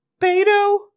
Beto